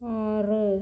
ആറ്